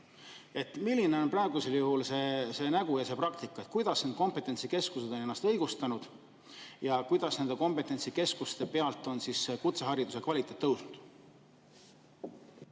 Milline on praegusel juhul see nägu ja see praktika? Kuidas need kompetentsikeskused on ennast õigustanud ja kuidas nende kompetentsikeskuste pealt on kutsehariduse kvaliteet tõusnud?